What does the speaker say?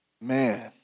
Man